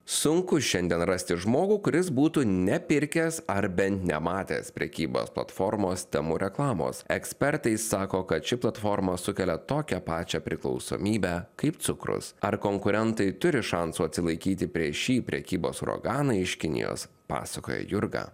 sunku šiandien rasti žmogų kuris būtų nepirkęs ar bent nematęs prekybos platformos temu reklamos ekspertai sako kad ši platforma sukelia tokią pačią priklausomybę kaip cukrus ar konkurentai turi šansų atsilaikyti prieš šį prekybos uraganą iš kinijos pasakoja jurga